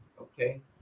okay